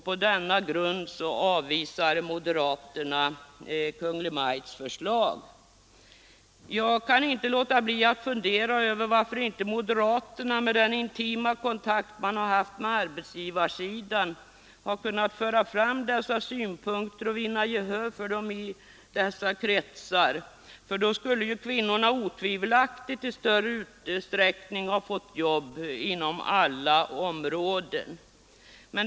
På denna grund avvisar moderaterna Kungl. Maj:ts förslag. Jag kan inte låta bli att fundera över varför inte moderaterna, med den intima kontakt de haft med arbetsgivarsidan, har kunnat föra fram dessa synpunkter och vinna gehör för dem i dessa kretsar, för då skulle kvinnorna otvivelaktigt i större utsträckning ha fått jobb inom alla områden.